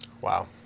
Wow